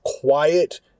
quiet